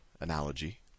analogy